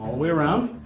way around.